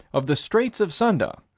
of the straits of sunda,